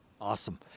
Awesome